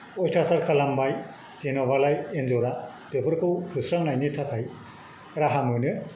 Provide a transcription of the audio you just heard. अयथासार खालामबाय जेन'बालाय एन्जरा बेफोरखौ होस्रांनायनि थाखाय राहा मोनो